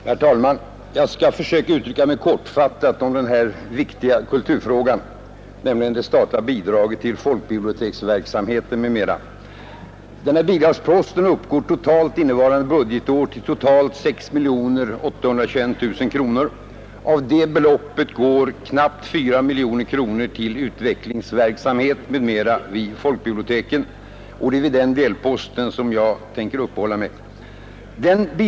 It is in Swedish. Herr talman! Jag skall försöka uttrycka mig kortfattat om den här viktiga kulturfrågan. Det statliga bidraget till folkbiblioteksverksamheten m.m. uppgår för innevarande budgetår till totalt 6 821 000 kronor. Av det beloppet går knappt 4 miljoner till utvecklingsverksamhet m.m. vid folkbiblioteken. Det är vid den delposten som jag tänker uppehålla mig.